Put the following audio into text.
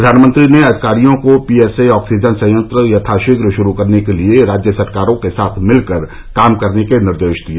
प्रवानमंत्री ने अधिकारियों को पीएसए ऑक्सीजन संयंत्र यथाशीघ्र शुरु करने के लिए राज्य सरकारों के साथ मिलकर काम करने के निर्देश दिए